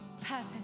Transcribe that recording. purpose